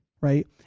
right